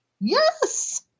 Yes